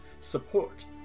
support